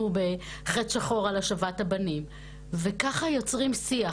ב-'חית שחור' על השבת הבנים וככה יוצרים שיח,